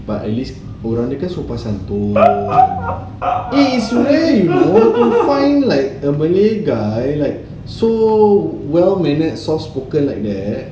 but at least orang dia kan sopan santun eh it's real you find like a malay guy like so well-mannered soft spoken like that